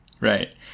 Right